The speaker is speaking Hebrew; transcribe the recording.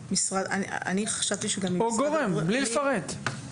בלי לפרט.